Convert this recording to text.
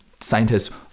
scientists